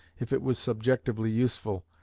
if it was subjectively useful,